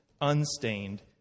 unstained